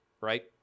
Right